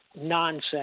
nonsense